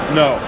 no